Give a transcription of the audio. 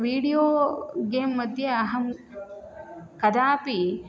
video game मध्ये अहं कदापि